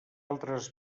altres